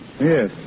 Yes